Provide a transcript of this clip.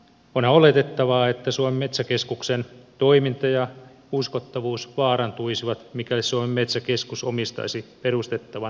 onhan oletettavaa että suomen metsäkeskuksen toiminta ja uskottavuus vaarantuisivat mikäli suomen metsäkeskus omistaisi perustettavan osakeyhtiön